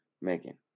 Megan